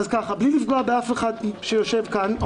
בלי לפגוע באף אחד שיושב כאן,